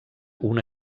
una